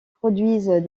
produisent